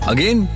Again